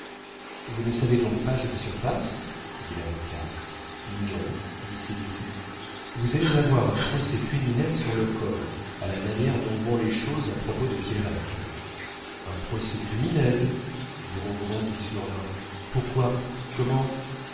vous ne savez donc pas ce qui se passe dit l'avocat non dit sylvie vous allez avoir un procès criminel sur le corps à la manière dont vont les choses à propos de pierrette un procès criminel dit rogron qui survint pourquoi comment